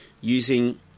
using